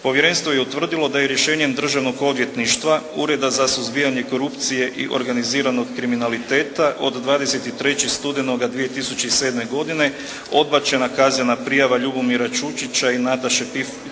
Povjerenstvo je utvrdilo da je rješenjem državnog odvjetništva, Ureda za suzbijanje korupcije i organiziranog kriminaliteta od 23. studenoga 2007. godine odbačena kaznena prijava Ljubomira Čučića i Nataše Pifar